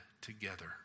together